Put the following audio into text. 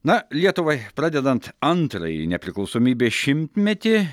na lietuvai pradedant antrąjį nepriklausomybės šimtmetį